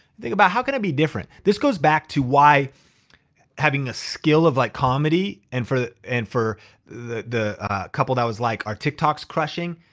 think about, how can i be different? this goes back to why having a skill of like comedy and for the and for the couple that was like our tiktok's crushing,